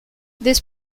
this